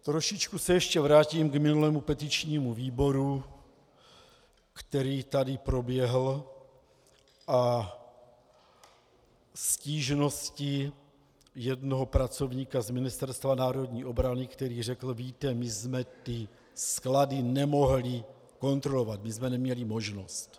Trošičku se ještě vrátím k minulému petičnímu výboru, který tady proběhl, a stížnosti jednoho pracovníka z Ministerstva národní obrany, který řekl: Víte, my jsme ty sklady nemohli kontrolovat, my jsme neměli možnost.